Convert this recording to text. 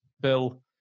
Bill